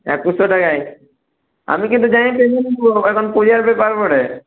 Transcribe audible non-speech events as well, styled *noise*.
একুশশো টাকাই আমি কিন্তু যাইয়ে *unintelligible*